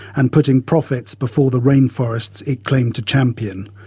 and putting profits before the rain forests it claimed to champion.